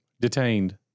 detained